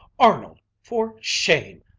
arnold! for shame!